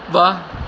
ਵਾਹ